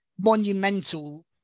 monumental